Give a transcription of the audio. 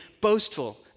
boastful